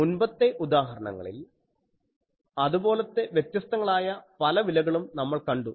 മുൻപത്തെ ഉദാഹരണത്തിൽ അതുപോലത്തെ വ്യത്യസ്തങ്ങളായ പല വിലകളും നമ്മൾ കണ്ടു